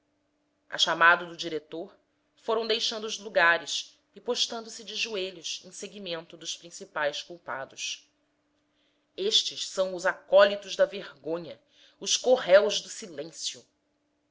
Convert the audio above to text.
a chamado do diretor foram deixando os lugares e postando se de joelhos em seguimento dos principais culpados estes são os acólitos da vergonha os co réus do silêncio